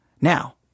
Now